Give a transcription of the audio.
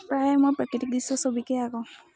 প্ৰায় মই প্ৰাকৃতিক দৃশ্য ছবকে আকৌ